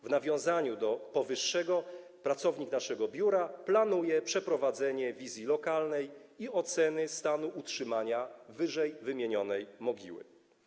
W nawiązaniu do powyższego pracownik naszego biura planuje przeprowadzenie wizji lokalnej i oceny stanu utrzymania ww. mogiły.